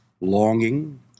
longing